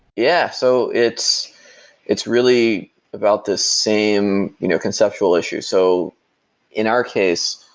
yeah. so it's it's really about the same you know conceptual issue. so in our case,